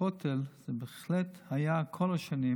הכותל בהחלט היה כל השנים